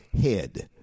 head